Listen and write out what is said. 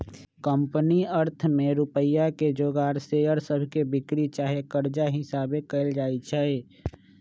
company अर्थ में रुपइया के जोगार शेयर सभके बिक्री चाहे कर्जा हिशाबे कएल जाइ छइ